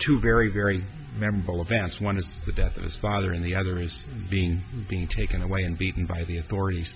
two very very memorable events one is the death of his father in the other is being being taken away and beaten by the authorities